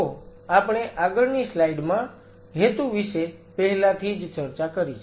તો આપણે આગળની સ્લાઇડ માં હેતુ વિશે પહેલાથી જ ચર્ચા કરી છે